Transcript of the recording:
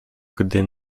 gdy